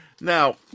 Now